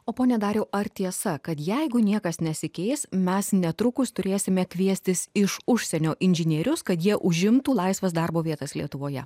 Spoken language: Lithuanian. o pone dariau ar tiesa kad jeigu niekas nesikeis mes netrukus turėsime kviestis iš užsienio inžinierius kad jie užimtų laisvas darbo vietas lietuvoje